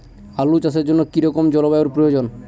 আলু চাষের জন্য কি রকম জলবায়ুর প্রয়োজন?